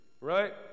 right